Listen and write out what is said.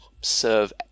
serve